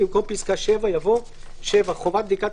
במקום פסקה (7) יבוא: "(7) חובת בדיקת